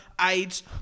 AIDS